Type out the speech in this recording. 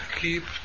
keep